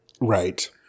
right